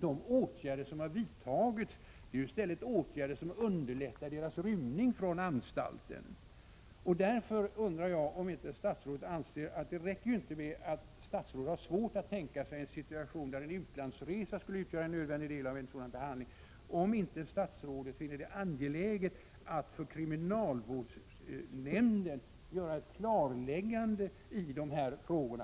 de åtgärder som har vidtagits i stället underlättar rymning från anstalten. Det räcker inte med att statsrådet har svårt att tänka sig en situation där en utlandsresa skulle utgöra en nödvändig del av en behandling. Därför undrar jag om inte statsrådet finner det angeläget att för kriminalvårdsnämnden göra ett klarläggande i de här frågorna.